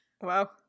wow